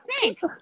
thanks